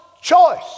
choice